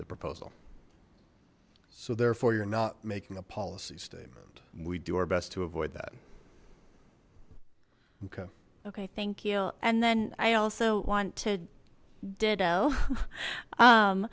the proposal so therefore you're not making a policy statement we do our best to avoid that okay okay thank you and then i also want to